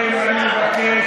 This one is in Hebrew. חברים, אני מבקש